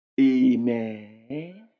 Amen